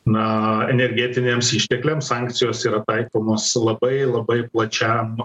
na energetiniams ištekliams sankcijos yra taikomos labai labai plačiam